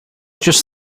just